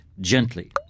gently